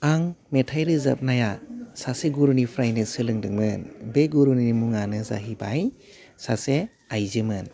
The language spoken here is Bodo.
आं मेथाइ रोजाबनाया सासे गुरुनिफ्रायनो सोलोंदोंमोन बे गुरुनि मुङानो जाहैबाय सासे आइजोमोन